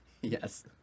Yes